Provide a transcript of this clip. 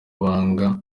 banga